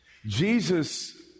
Jesus